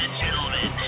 gentlemen